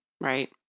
Right